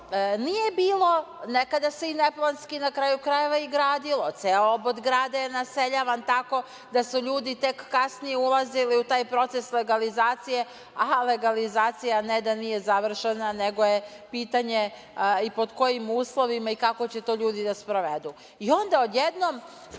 nije bilo, nekada se i neplanski na kraju krajeva i gradilo. Ceo obod grada je naseljavan tako da su ljudi tek kasnije ulazili u taj proces legalizacije, a legalizacija ne da nije završena, nego je pitanje i pod kojim uslovima i kako će to ljudi da sprovedu. I onda odjednom